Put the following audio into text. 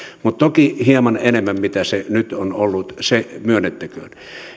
mutta toki hieman suuremmaksi kuin se nyt on ollut se myönnettäköön